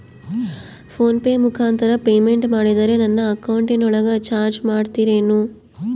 Phone pay ಮುಖಾಂತರ payment ಮಾಡಿದರೆ ನನ್ನ ಅಕೌಂಟಿನೊಳಗ ಚಾರ್ಜ್ ಮಾಡ್ತಿರೇನು?